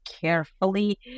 carefully